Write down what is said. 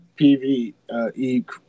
PvE